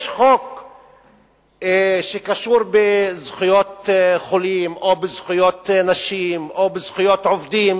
יש חוק שקשור בזכויות חולים או בזכויות נשים או בזכויות עובדים,